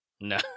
No